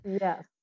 Yes